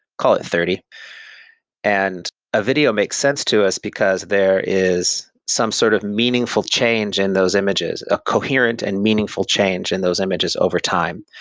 call it thirty point and a video makes sense to us, because there is some sort of meaningful change in those images, a coherent and meaningful change in those images over time.